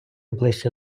ближче